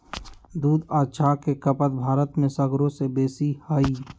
दूध आ चाह के खपत भारत में सगरो से बेशी हइ